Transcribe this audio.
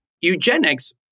eugenics